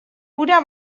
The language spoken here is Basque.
ura